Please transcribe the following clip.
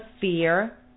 fear